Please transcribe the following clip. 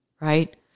right